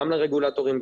גם לרגולטורים,